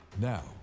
Now